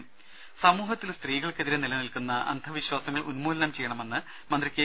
ദേദ സമൂഹത്തിൽ സ്ത്രീകൾക്കെതിരെ നിലനിൽക്കുന്ന അന്ധവിശ്വാസങ്ങൾ ഉന്മൂലനം ചെയ്യണമെന്ന് മന്ത്രി കെ